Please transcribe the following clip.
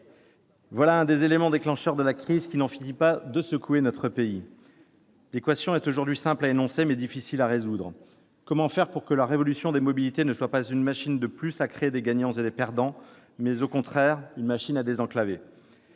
l'un des éléments déclencheurs de la crise qui n'en finit pas de secouer notre pays. L'équation est simple à énoncer, mais difficile à résoudre : comment faire pour que la révolution des mobilités soit, non pas une machine de plus à créer des gagnants et des perdants, mais, au contraire, une machine à « désenclaver »